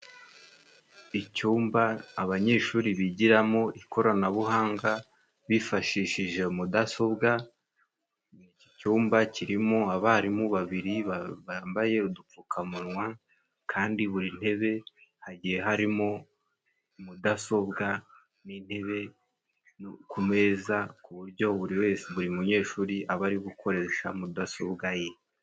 Icyumba abanyeshuri bigiramo ikoranabuhanga bifashishije mudasobwa, iki cyumba kirimo abarimu babiri bambaye udupfukamunwa, kandi buri ntebe hagiye harimo mudasobwa n'intebe ku meza, ku buryo buri wese, buri munyeshuri aba ari gukoresha mudasobwa ye.